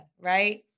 right